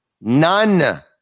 none